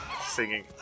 singing